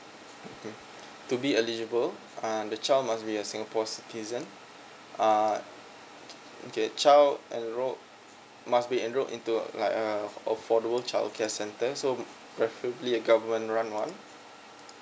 mm to be eligible uh the child must be a singapore citizen uh okay child enroll must be enrolled into uh like uh oh for a childcare center so preferably a government run one